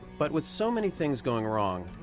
but with so many things going wrong,